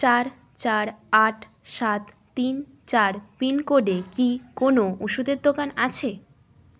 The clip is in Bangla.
চার চার আট সাত তিন চার পিনকোডে কি কোনও ওষুধের দোকান আছে